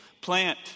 Plant